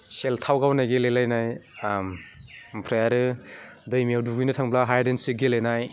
सेलथाव गावनाय गेलेनाय ओमफ्राय आरो दैमायाव दुगैनो थांब्ला हाइड एन्ड सिक गेलेनाय